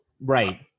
right